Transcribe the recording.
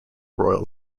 royal